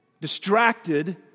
distracted